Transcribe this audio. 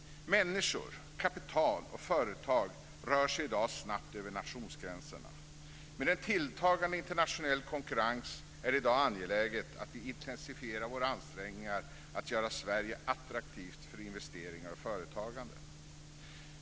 Människor, kapital och företag rör sig i dag snabbt över nationsgränserna. Med en tilltagande internationell konkurrens är det i dag angeläget att vi intensifierar våra ansträngningar att göra Sverige attraktivt för investeringar och företagande.